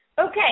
Okay